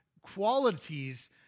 qualities